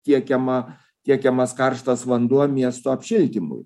tiekiama tiekiamas karštas vanduo miesto apšildymui